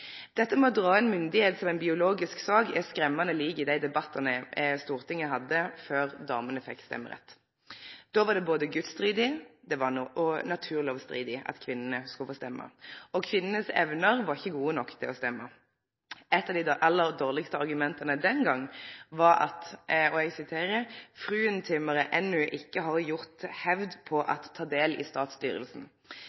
dra fram myndigheit som ein biologisk sak, er skremmande likt dei debattane Stortinget hadde før damene fekk stemmerett. Då var det både gudsstridig og naturlovstridig at kvinnene skulle få stemme, og kvinnenes evner var ikkje gode nok til at dei skulle få stemme. Eit av dei aller dårlegaste argumenta den gongen var at «fruentimmer ennu ikke har gjort hevd på